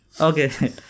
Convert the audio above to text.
okay